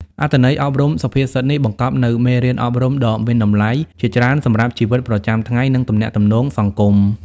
អត្ថន័យអប់រំសុភាសិតនេះបង្កប់នូវមេរៀនអប់រំដ៏មានតម្លៃជាច្រើនសម្រាប់ជីវិតប្រចាំថ្ងៃ និងទំនាក់ទំនងសង្គម។